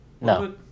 No